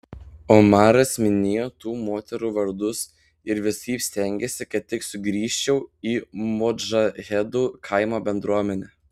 omaras minėjo tų moterų vardus ir visaip stengėsi kad tik sugrįžčiau į modžahedų kaimo bendruomenę